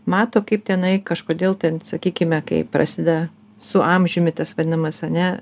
mato kaip tenai kažkodėl ten sakykime kai prasideda su amžiumi tas vadinamas ar ne